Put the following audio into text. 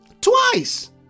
twice